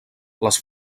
les